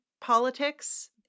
politics